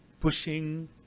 pushing